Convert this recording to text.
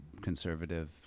conservative